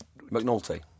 McNulty